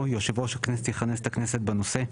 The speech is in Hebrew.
'יושב ראש הכנסת יכנס את הכנסת בנושא'.